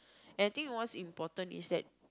I think most important is that